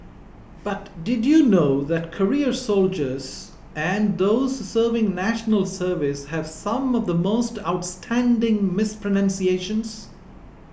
but did you know that career soldiers and those serving National Service have some of the most outstanding mispronunciations